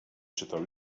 czytał